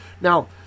Now